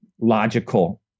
logical